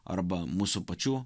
arba mūsų pačių